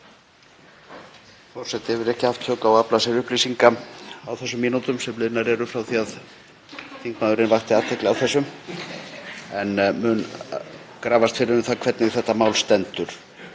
Forseti hefur ekki haft tök á að afla sér upplýsinga á þeim mínútum sem liðnar eru frá því þingmaðurinn vakti athygli á þessu en mun grafast fyrir um hvernig þetta mál stendur.